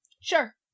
sure